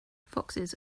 foxes